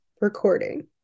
recording